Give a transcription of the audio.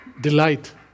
Delight